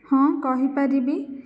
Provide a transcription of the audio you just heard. ହଁ କହିପାରିବି